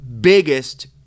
biggest